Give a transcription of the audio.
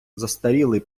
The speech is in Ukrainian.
застарілий